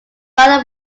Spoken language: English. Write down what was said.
father